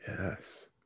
yes